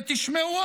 ותשמעו,